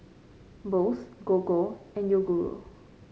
Bose Gogo and Yoguru